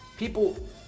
People